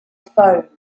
phone